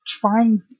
trying